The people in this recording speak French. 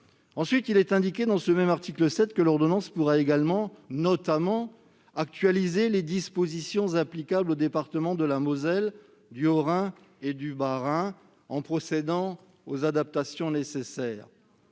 Ensuite, il est indiqué, dans ce même article 7, que l'ordonnance pourra également « actualiser les dispositions applicables » aux départements de la Moselle, du Haut-Rhin et du Bas-Rhin, « en procédant aux adaptations nécessaires